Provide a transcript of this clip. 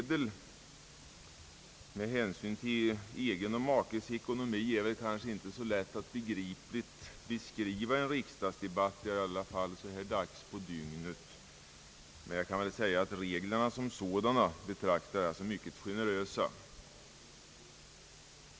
Det är kanske inte så lätt att vid denna sena timme på ett begripligt sätt beskriva reglerna för reduktion av studiemedel med hänsyn till makens ekonomi, men jag vill säga att jag betraktar reglerna som sådana som mycket generösa.